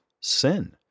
sin